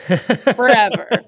forever